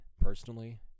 personally